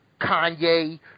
Kanye